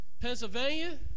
Pennsylvania